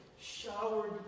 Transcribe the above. showered